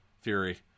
Fury